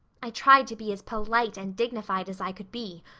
i tried to be as polite and dignified as i could be,